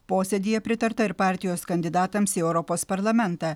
posėdyje pritarta ir partijos kandidatams į europos parlamentą